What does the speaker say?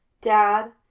Dad